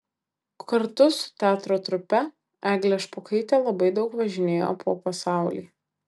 kartu su teatro trupe eglė špokaitė labai daug važinėjo po pasaulį